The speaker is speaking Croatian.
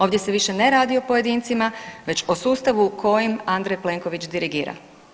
Ovdje se više ne radi o pojedincima već o sustavu kojim Andrej Plenković dirigira.